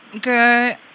Good